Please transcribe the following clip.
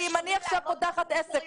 כי אם אני עכשיו פותחת עסק,